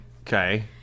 Okay